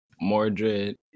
Mordred